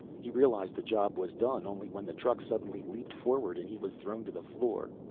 he realized the job was done only when the truck suddenly leaped forward and he was thrown to the floor.